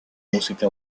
música